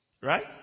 Right